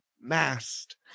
mast